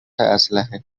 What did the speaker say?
اسلحه